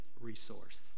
resource